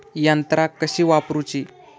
यंत्रा कशी वापरूची?